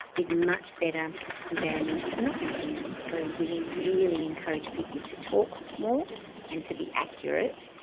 is much better than not using them. so we really encourage people to talk more and to be accurate,